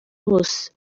hose